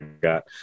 got